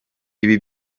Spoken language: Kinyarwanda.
ibi